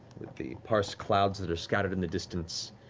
the sparse clouds that are scattered in the distance,